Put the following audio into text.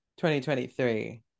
2023